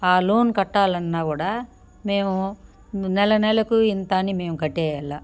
loan కట్టాలన్నా కూడా మేము నె నెల నెలకు ఇంతని కట్టేయాలి